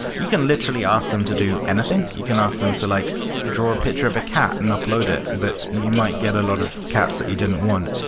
you can literally ask them to do anything. you can ask them to like draw a picture of a cat and upload it, but you might get a lot of cats that you didn't want.